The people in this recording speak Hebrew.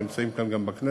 הם נמצאים כאן גם בכנסת,